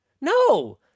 No